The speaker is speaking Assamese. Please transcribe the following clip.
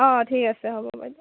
অঁ ঠিক আছে হ'ব বাইদেউ